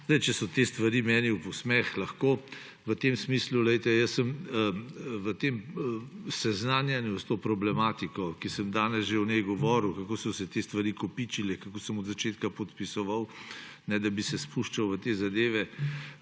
Če so te stvari meni v posmeh, lahko. Jaz sem seznanjen s to problematiko in sem danes o njej že govoril, kako so se te stvari kopičile, kako sem od začetka podpisoval, ne da bi se spuščal v te zadeve,